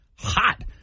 Hot